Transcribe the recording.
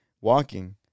walking